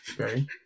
Okay